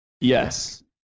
Yes